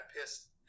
pissed